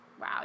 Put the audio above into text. Wow